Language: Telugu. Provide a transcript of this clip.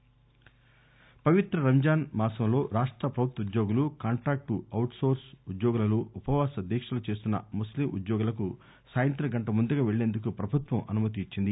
రంజాన్ పవిత్ర రంజాన్ మాసంలో రాష్ట ప్రభుత్వ ఉద్యోగులు కాంట్రాక్టు అవుట్నోర్పు ఉద్యోగులలో ఉపవాస దీక్షలు చేస్తున్న ముస్లిం ఉద్యోగులకు సాయంత్రం గంట ముందుగా వెళ్ళేందుకు ప్రభుత్వం అనుమతి ఇచ్చింది